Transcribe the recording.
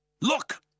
Look